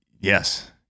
Yes